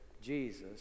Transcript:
Jesus